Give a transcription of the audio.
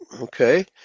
Okay